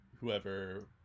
whoever